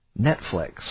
Netflix